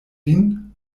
vin